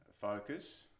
focus